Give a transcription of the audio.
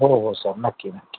हो हो हो सर नक्की नक्की